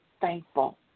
thankful